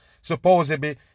supposedly